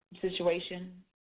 situation